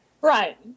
Right